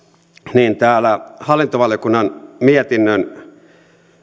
niin täällä hallintovaliokunnan mietinnön